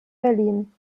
berlin